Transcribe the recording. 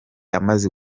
amaze